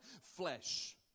flesh